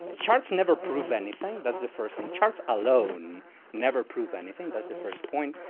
charts never prove anything, that's the first thing. charts alone never prove anything. that's the first point.